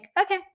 Okay